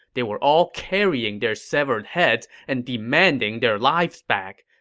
they were all carrying their severed heads and demanding their lives back.